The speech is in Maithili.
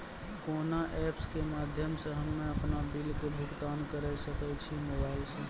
कोना ऐप्स के माध्यम से हम्मे अपन बिल के भुगतान करऽ सके छी मोबाइल से?